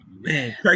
man